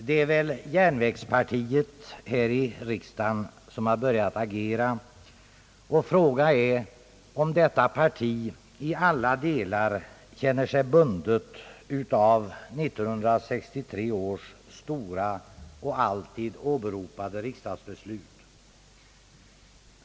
Det är väl »järnvägspartiet» här i riksdagen som har börjat agera, och fråga är om detta parti i alla delar känner sig bundet av 1963 års stora och alltid åberopade riksdagsbeslut.